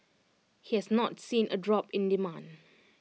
he has not seen A drop in demand